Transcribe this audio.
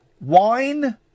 Wine